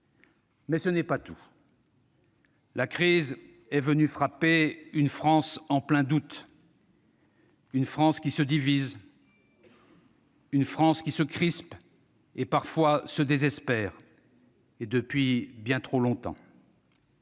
Mais ce n'est pas tout. « La crise est venue frapper une France en plein doute, une France qui se divise, une France qui se crispe et parfois se désespère, et cela depuis bien trop longtemps.